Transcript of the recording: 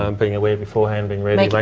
um being aware beforehand, being ready. like